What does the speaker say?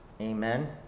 Amen